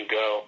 go